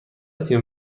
تیم